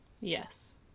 Yes